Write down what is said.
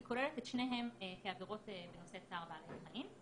היא כוללת את שניהם כעבירות בנושא צער בעלי חיים.